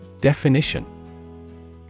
Definition